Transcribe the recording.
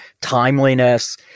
timeliness